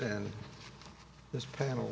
and this panel